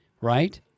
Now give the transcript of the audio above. right